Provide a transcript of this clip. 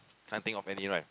can't think of any right